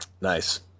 nice